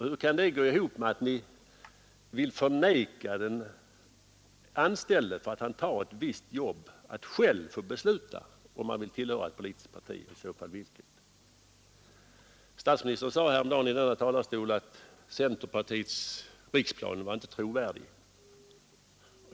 Hur kan det gå ihop med att ni vill neka den anställde, som tar ett visst jobb, att själv få besluta om han vill tillhöra ett politiskt parti och i så fall vilket? Statsministern sade häromdagen i denna talarstol att centerpartiets riksplan inte var trovärdig.